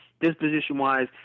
disposition-wise